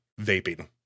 vaping